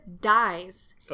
dies